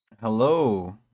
Hello